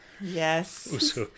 Yes